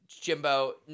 Jimbo